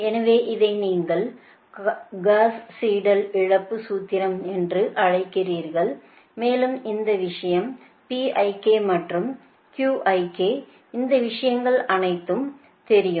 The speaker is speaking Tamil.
எனவே இதை நீங்கள் காஸ் சீடெல் இழப்பு சூத்திரம் என்று அழைக்கிறீர்கள் மேலும் இந்த விஷயம் மற்றும் இந்த விஷயங்கள் அனைத்தும் தெரியும்